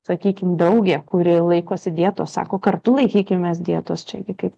sakykim draugė kuri laikosi dietos sako kartu laikykimės dietos čia gi kaip